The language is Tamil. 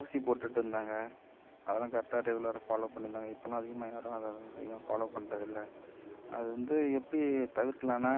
ஊசி போட்டுகிட்டு இருந்தாங்க அதெலாம் கரெக்டாக ரெகுலராக ஃபாலோ பண்ணிட்ருந்தாங்க இப்போலாம் அதிகமாக யாரும் அதை அதிகமாக ஃபாலோ பண்றதில்லை அது வந்து எப்படி தவிர்க்கலாம்னா